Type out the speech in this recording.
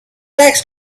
tax